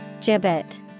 Gibbet